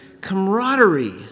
camaraderie